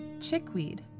chickweed